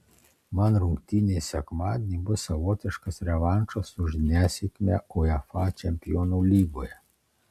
man rungtynės sekmadienį bus savotiškas revanšas už nesėkmę uefa čempionų lygoje